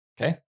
Okay